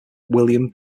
william